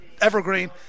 Evergreen